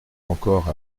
encore